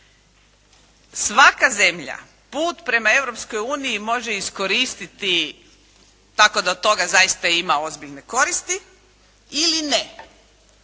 Svaka zemlja put prema Europskoj uniji može iskoristiti tako da od toga zaista ima ozbiljne koristi, ili ne.